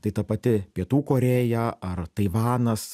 tai ta pati pietų korėja ar taivanas